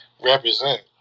represent